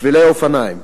שבילי אופניים,